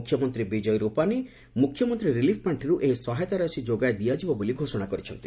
ମୁଖ୍ୟମନ୍ତ୍ରୀ ବିଜୟ ରୂପାନୀ ମୁଖ୍ୟମନ୍ତ୍ରୀ ରିଲିଫ୍ ପାଣ୍ଠିରୁ ଏହି ସହାୟତା ରାଶି ଯୋଗାଇ ଦିଆଯିବ ବୋଲି ଘୋଷଣା କରିଛନ୍ତି